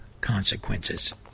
consequences